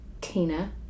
Tina